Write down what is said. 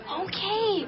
okay